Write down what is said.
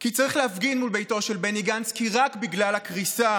כי צריך להפגין מול ביתו של בני גנץ כי רק בגלל הקריסה